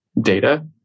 data